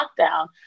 lockdown